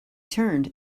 turned